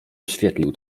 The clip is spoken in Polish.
oświetlił